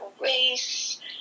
race